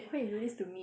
why you do this to me